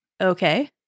Okay